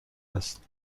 است